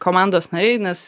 komandos nariai nes